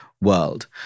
world